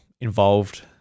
involved